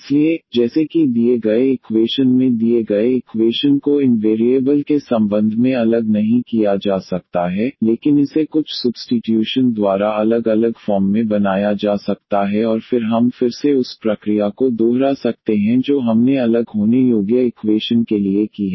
इसलिए जैसे कि दिए गए इक्वेशन में दिए गए इक्वेशन को इन वेरिएबल के संबंध में अलग नहीं किया जा सकता है लेकिन इसे कुछ सुब्स्टीट्यूशन द्वारा अलग अलग फॉर्म में बनाया जा सकता है और फिर हम फिर से उस प्रक्रिया को दोहरा सकते हैं जो हमने अलग होने योग्य इक्वेशन के लिए की है